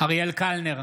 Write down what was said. אריאל קלנר,